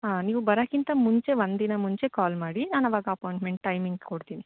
ಹಾಂ ನೀವು ಬರೋಕ್ಕಿಂತ ಮುಂಚೆ ಒಂದು ದಿನ ಮುಂಚೆ ಕಾಲ್ ಮಾಡಿ ನಾನು ಅವಾಗ ಅಪಾಯಿಂಟ್ಮೆಂಟ್ ಟೈಮಿಂಗ್ ಕೊಡ್ತೀನಿ